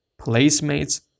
placemates